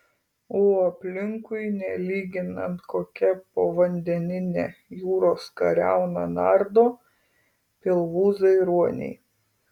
o aplinkui nelyginant kokia povandeninė jūros kariauna nardo pilvūzai ruoniai